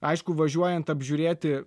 aišku važiuojant apžiūrėti